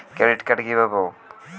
Credit card কিভাবে পাব?